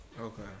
Okay